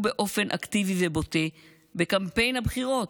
באופן אקטיבי ובוטה בקמפיין הבחירות,